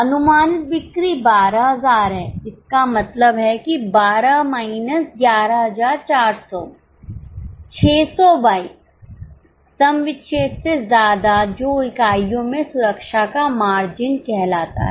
अनुमानित बिक्री 12000 है इसका मतलब है कि 12 माइनस 11400 600 बाइक सम विच्छेद से ज्यादा जो इकाइयों में सुरक्षा का मार्जिन कहलाता है